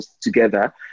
together